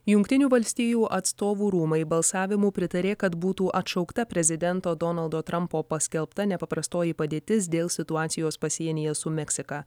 jungtinių valstijų atstovų rūmai balsavimu pritarė kad būtų atšaukta prezidento donaldo trampo paskelbta nepaprastoji padėtis dėl situacijos pasienyje su meksika